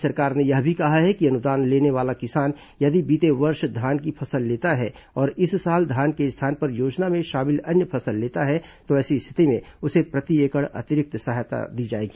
राज्य सरकार ने यह भी कहा है कि अनुदान लेने वाला किसान यदि बीते वर्ष धान की फसल लेता है और इस साल धान के स्थान पर योजना में शामिल अन्य फसल लेता है तो ऐसी स्थिति में उसे प्रति एकड़ अतिरिक्त सहायता दी जाएगी